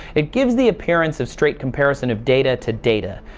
it gives the appearance of straight comparison of data to data.